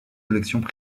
collections